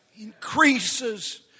increases